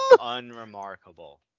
Unremarkable